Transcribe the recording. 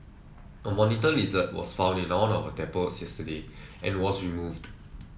a monitor lizard was found in one of our depots yesterday and was removed